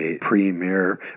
premier